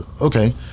okay